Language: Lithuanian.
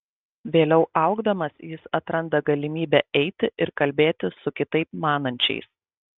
vėliau augdamas jis atranda galimybę eiti ir kalbėtis su kitaip manančiais